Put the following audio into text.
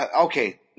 okay